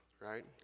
right